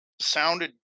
sounded